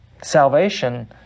salvation